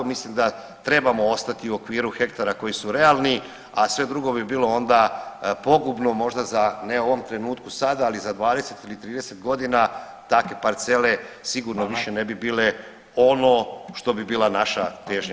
Mislim da trebamo ostati u okviru hektara koji su realni, a sve drugo bi bilo onda pogubno možda za, ne u ovom trenutku sada, ali za 20 ili 30 godina takve parcele sigurno više ne bi bile ono [[Upadica: Hvala.]] što bi bila naša težnja.